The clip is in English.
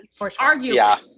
arguably